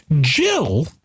Jill